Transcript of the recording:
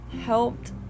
helped